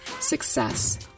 success